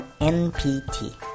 NPT